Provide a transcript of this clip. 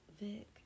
Vic